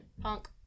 Punk